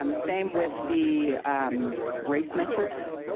um same with the race metrics.